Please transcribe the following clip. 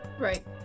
Right